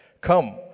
come